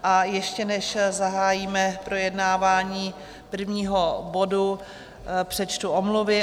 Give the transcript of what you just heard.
A ještě než zahájíme projednávání prvního bodu, přečtu omluvy.